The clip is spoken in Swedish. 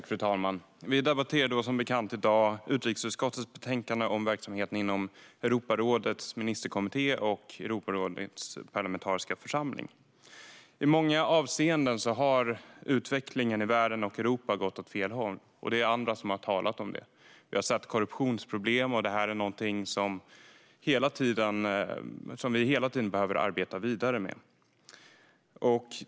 Fru talman! Som bekant debatterar vi i dag utrikesutskottets betänkande om verksamheten inom Europarådets ministerkommitté och Europarådets parlamentariska församling. I många avseenden har utvecklingen i världen och Europa gått åt fel håll. Det är andra här som har talat om det. Vi har sett korruptionsproblem, som är någonting vi hela tiden behöver arbeta vidare med.